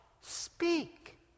speak